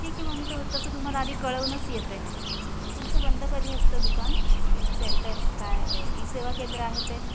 ठीक आहे मी त तसं तुम्हाला आधी कळवूनच येते तुमचं बंद कधी असतं दुकान किंवा सेंटर काय ई सेवा केंद्र आहे ते